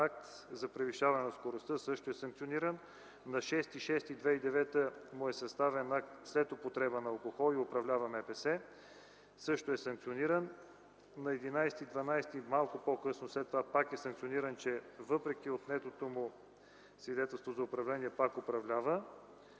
акт за превишаване на скоростта и също е санкциониран; - на 06.06.2009 г. му е съставен акт, че след употреба на алкохол и управлява МПС и е санкциониран; - на 11.12. – малко по късно след това пак е санкциониран, че въпреки отнетото му свидетелство за управление пак управлява.